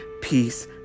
peace